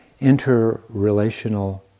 interrelational